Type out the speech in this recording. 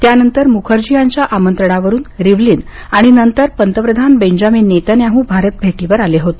त्यानंतर मुखर्जी यांच्या आमंत्रणांवरून रिव्हलीन आणि नंतर पंतप्रधान बेंजामिन नेत्यानाहू भारत भेटीवर आले होते